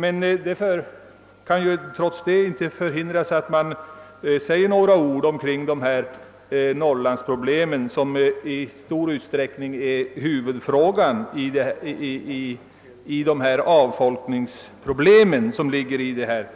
Det kan inte hindra, att man säger några ord om norrlandsproblemen som i stor utsträckning är kärnpunkten i de avfolkningsproblem som det här gäller.